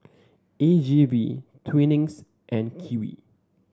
A G V Twinings and Kiwi